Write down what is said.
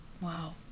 Wow